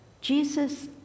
Jesus